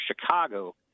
Chicago